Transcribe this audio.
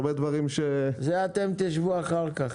הרבה דברים --- זה אתם תשבו אחר כך.